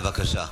בבקשה.